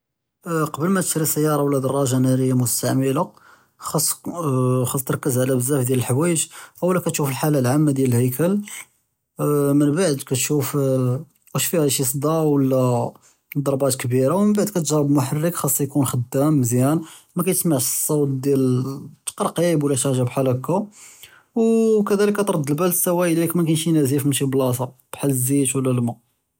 קבל מא תשרי סיארה ולא דראג'ה נאריה מסתעמלה, כתרכּז עלא בזאף דאלחיוואיג', אול כתשוף אלחאלה אלעאמה דיאל אלהיקֶל, מןבעד כתשוף שי צדא ולא דרבּאת כבירא, מבּעד כתחרבּ אלמחרכ חאצו יכון חדאם מזיאן מכּישמעש צות דיאל תקּרקּיבּ ולא חאגה בחאל האכּא, וכּדאלך תרד בּאלכ עלא אלסואיל אדא כאן שי נזיף מן שי בּלאצע בחאל אזזית ולא אלמא.